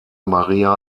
maria